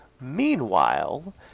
Meanwhile